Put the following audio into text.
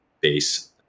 base